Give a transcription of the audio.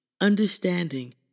understanding